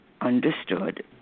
understood